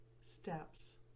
steps